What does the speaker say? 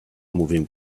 moving